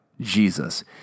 Jesus